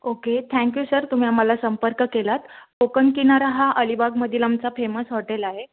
okay thank you sir तुम्ही आम्हाला संपर्क केलात कोकन किनारा हा अलिबागमधील आमचा फेमस हॉटेल आहे